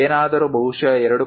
ಏನಾದರೂ ಬಹುಶಃ 2